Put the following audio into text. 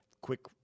quick